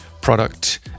Product